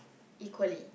equally